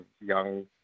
young